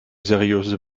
seriöse